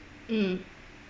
mm